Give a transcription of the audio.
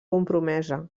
compromesa